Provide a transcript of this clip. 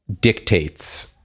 dictates